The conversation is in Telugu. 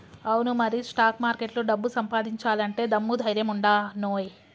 అవును మరి స్టాక్ మార్కెట్లో డబ్బు సంపాదించాలంటే దమ్ము ధైర్యం ఉండానోయ్